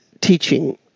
teaching